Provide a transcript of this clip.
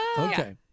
Okay